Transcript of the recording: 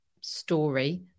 story